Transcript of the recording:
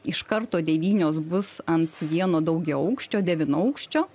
iš karto devynios bus ant vieno daugiaaukščio devynaukščio